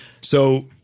So-